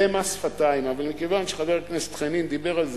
רק בגלל דרישת המינימום של ה-200.